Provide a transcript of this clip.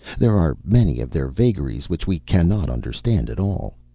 there are many of their vagaries which we cannot understand at all.